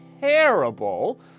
terrible